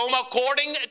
according